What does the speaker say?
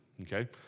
okay